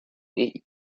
est